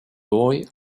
boy